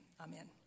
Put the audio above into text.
amen